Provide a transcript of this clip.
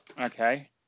Okay